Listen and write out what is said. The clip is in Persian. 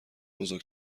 بزرگ